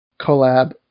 collab